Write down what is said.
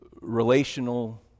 Relational